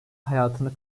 hayatını